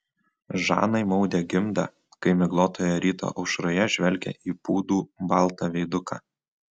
žanai maudė gimdą kai miglotoje ryto aušroje žvelgė į pūdų baltą veiduką